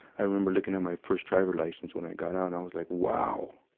i remember looking at my first driver license when i got out, and i was like, wow!